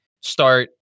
start